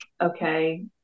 okay